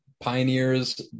Pioneers